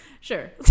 Sure